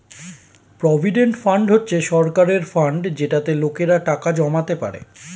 provident fund হচ্ছে সরকারের fund যেটাতে লোকেরা টাকা জমাতে পারে